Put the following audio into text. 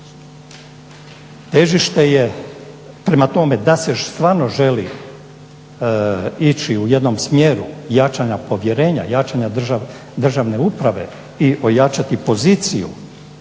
itd. Prema tome da se stvarno želi ići u jednom smjeru jačanja povjerenja, jačanja državne uprave i ojačati poziciju,